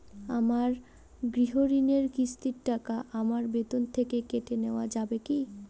আমার গৃহঋণের কিস্তির টাকা আমার বেতন থেকে কেটে নেওয়া যাবে কি?